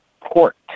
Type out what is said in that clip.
port